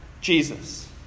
Jesus